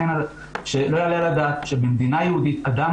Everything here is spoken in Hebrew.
לא יעלה על הדעת שבמדינה יהודית אדם